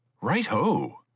Right-ho